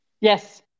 yes